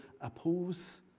oppose